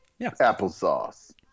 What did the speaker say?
Applesauce